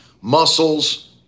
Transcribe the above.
muscles